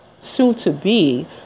soon-to-be